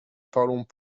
parlons